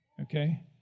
Okay